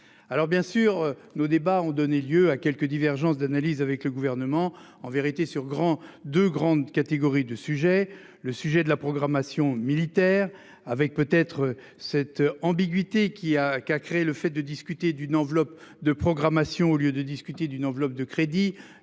Alors bien sûr nos débats ont donné lieu à quelques divergences d'analyse avec le gouvernement en vérité sur grand de grandes catégories de sujet, le sujet de la programmation militaire avec peut-être cette ambiguïté qui a qui a créé le fait de discuter d'une enveloppe de programmation au lieu de discuter d'une enveloppe de crédits